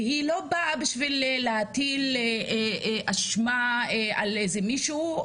והיא לא באה בשביל להטיל אשמה על איזה מישהו,